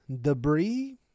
Debris